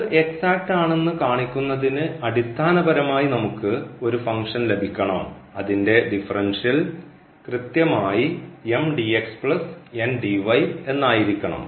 ഇത് എക്സാക്റ്റ് ആണെന്ന് കാണിക്കുന്നതിന് അടിസ്ഥാനപരമായി നമുക്ക് ഒരു ഫംഗ്ഷൻ ലഭിക്കണം അതിൻറെ ഡിഫറൻഷ്യൽ കൃത്യമായി എന്നായിരിക്കണം